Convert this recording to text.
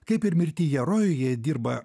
kaip ir mirtyje rojuje ji dirba